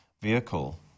vehicle